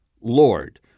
Lord